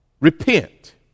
Repent